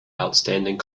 outstanding